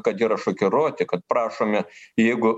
kad yra šokiruoti kad prašome jeigu